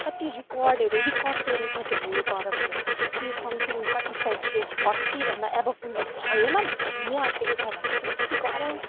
कति रिकर्ड अरे रिकर्ड तोडिसक्यो अरे यो गरमले के समथिङ कति सेलसियस फोर्टी भन्दा एबभ हन भयो न हुनु आँटेको छ भन्दै थियो यति गरम